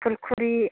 फुलखुरि